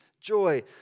Joy